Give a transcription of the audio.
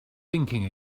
thinking